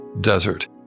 desert